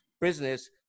business